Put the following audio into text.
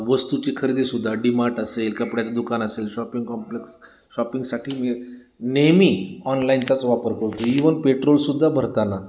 वस्तूची खरेदीसुद्धा D Mart असेल कपड्याचं दुकान असेल शॉपिंग कॉम्प्लेक्स शॉपिंगसाठी नेहमी ऑनलाईनचाच वापर करतो इवन पेट्रोलसुद्धा भरताना